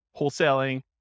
wholesaling